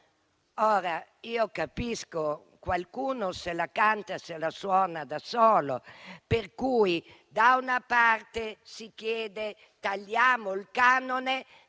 Capisco che qualcuno se la canta e se la suona da solo, per cui da una parte si chiede di tagliare il canone